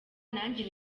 nanjye